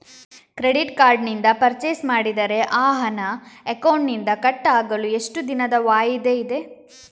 Credit card ನಿಂದ purchase ಮಾಡಿದರೆ ಆ ಹಣ ಅಕೌಂಟಿನಿಂದ ಕಟ್ ಆಗಲು ಎಷ್ಟು ದಿನದ ವಾಯಿದೆ ಇದೆ?